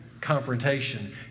confrontation